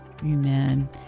Amen